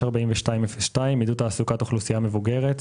3642/02 עידוד תעסוקת אוכלוסייה מבוגרת,